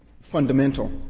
fundamental